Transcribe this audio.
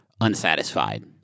unsatisfied